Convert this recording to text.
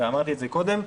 ואמרתי את זה קודם,